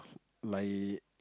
lie